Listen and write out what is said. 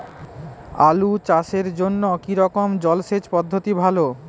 আলু চাষের জন্য কী রকম জলসেচ পদ্ধতি ভালো?